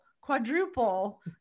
quadruple